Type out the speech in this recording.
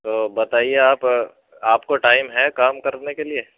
تو بتائیے آپ آپ کو ٹائم ہے کام کرنے کے لیے